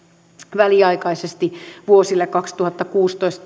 väliaikaisesti vuosille kaksituhattakuusitoista